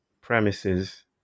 premises